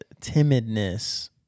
timidness